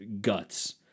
guts